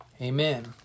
amen